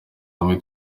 hamwe